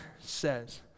says